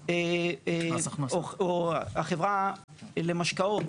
או החברה למשקאות